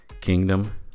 Kingdom